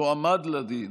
יועמד לדין